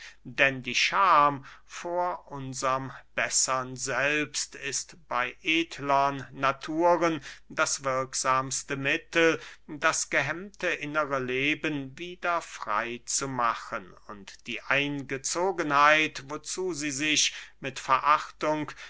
denn die scham vor unserm bessern selbst ist bey edlern naturen das wirksamste mittel das gehemmte innere leben wieder frey zu machen und die eingezogenheit wozu sie sich mit verachtung